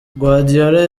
guardiola